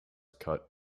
cut